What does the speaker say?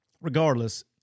regardless